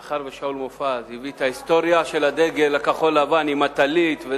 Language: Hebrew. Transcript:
מאחר ששאול מופז הביא את ההיסטוריה של הדגל הכחול-לבן עם הטלית,